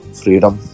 freedom